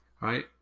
right